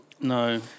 no